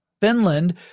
Finland